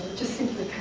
just simply